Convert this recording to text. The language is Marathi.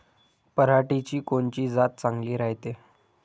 पऱ्हाटीची कोनची जात चांगली रायते?